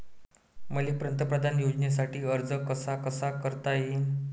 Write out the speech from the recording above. मले पंतप्रधान योजनेसाठी अर्ज कसा कसा करता येईन?